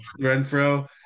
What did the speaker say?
Renfro